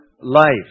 life